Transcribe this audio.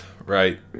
right